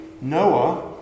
Noah